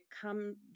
come